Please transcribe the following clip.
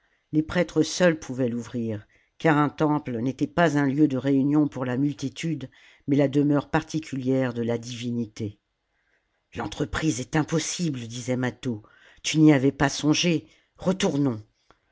les prêtres seuls pouvaient l'ouvrir car un temple n'était pas un lieu de réunion pour la multitude mais la demeure particulière de la divinité l'entreprise est impossible disait mâtho tu n'y avais pas songé retournons